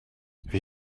wie